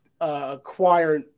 acquire